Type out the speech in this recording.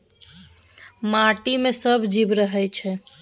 माटि मे सब जीब रहय छै